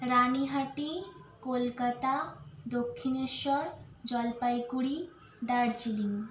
Ranihati Kolkata Dakshineswar Jalpaiguri Darjeeling